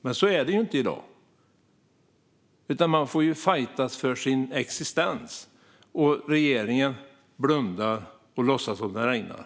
Men så är det inte i dag, utan man får fajtas för sin existens. Och regeringen blundar och låtsas som att det regnar.